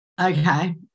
Okay